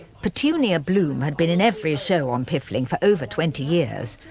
petunia bloom had been in every show on piffling for over twenty years,